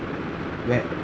where